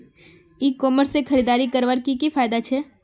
ई commerce से खरीदारी करवार की की फायदा छे?